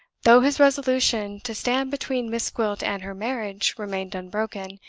though his resolution to stand between miss gwilt and her marriage remained unbroken,